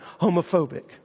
homophobic